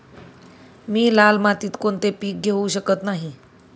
मी लाल मातीत कोणते पीक घेवू शकत नाही?